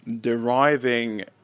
deriving